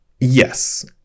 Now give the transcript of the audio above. Yes